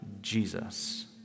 Jesus